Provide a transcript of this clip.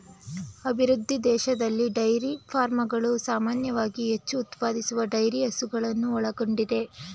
ಅಭಿವೃದ್ಧಿ ದೇಶದಲ್ಲಿ ಡೈರಿ ಫಾರ್ಮ್ಗಳು ಸಾಮಾನ್ಯವಾಗಿ ಹೆಚ್ಚು ಉತ್ಪಾದಿಸುವ ಡೈರಿ ಹಸುಗಳನ್ನು ಒಳಗೊಂಡಿದೆ